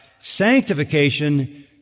Sanctification